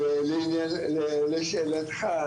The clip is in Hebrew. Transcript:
לשאלתך,